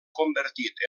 convertit